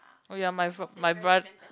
oh ya my my bro~